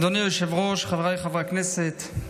אדוני היושב-ראש, חבריי חברי הכנסת,